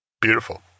Beautiful